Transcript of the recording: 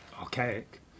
archaic